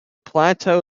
plateau